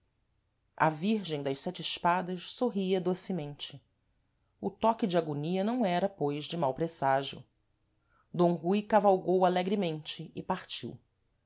a virgem das sete espadas sorria docemente o toque de agonia não era pois de mau preságio d rui cavalgou alegremente e partiu